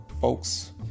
folks